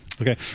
Okay